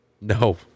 No